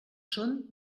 són